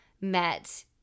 met